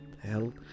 hell